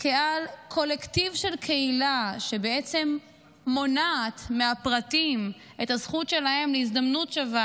כעל קולקטיב של קהילה שבעצם מונעת מהפרטים את הזכות שלהם להזדמנות שווה,